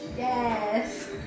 Yes